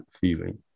feeling